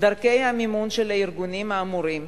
דרכי המימון של הארגונים האמורים,